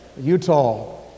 Utah